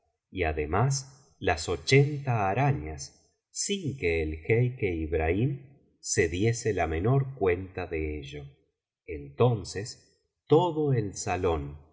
y además las ochenta arañas sin que el jeique ibrahim se diese la menor cuenta de ello entonces todo el salón